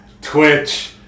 Twitch